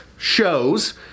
shows